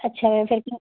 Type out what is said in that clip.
ਅੱਛਾ ਮੈਮ ਫਿਰ ਤਾਂ